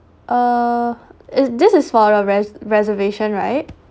uh is this is for a rese~ reservation right